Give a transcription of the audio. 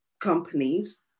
companies